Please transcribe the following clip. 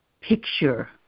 picture